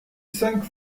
cinq